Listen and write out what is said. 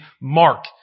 Mark